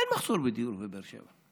אין מחסור בדיור בבאר שבע,